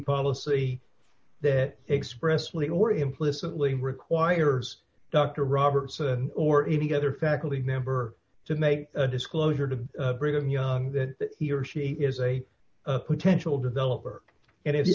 policy that expressly or implicitly requires dr robertson or any other faculty member to make a disclosure to brigham young that he or she is a potential developer and if